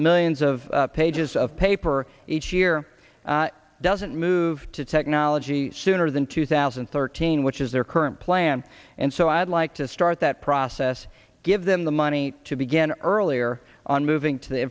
millions of pages of paper each year doesn't move to technology sooner than two thousand and thirteen which is their current plan and so i'd like to start that process give them the money to begin earlier on moving to the